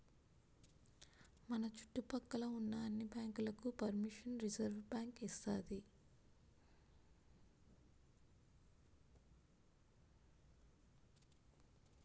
మన చుట్టు పక్క లో ఉన్న అన్ని బ్యాంకులకు పరిమిషన్ రిజర్వుబ్యాంకు ఇస్తాది